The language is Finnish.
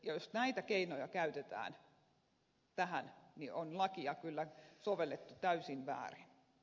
jos näitä keinoja käytetään tähän on lakia kyllä sovellettu täysin väärin